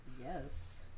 Yes